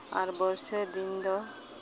ᱟᱨ ᱵᱟᱹᱨᱥᱟᱹ ᱫᱤᱱ ᱫᱚ